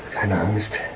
and honest